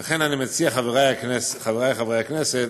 אני מציע, חברי חברי הכנסת,